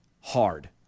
hard